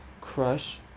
crush